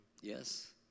Yes